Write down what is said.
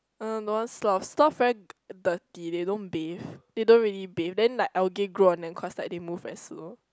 uh don't want sloth sloth very dirty they don't bathe they don't really bathe then like algae grow on them cause like they move very slow